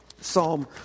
Psalm